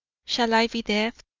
shall i be deaf,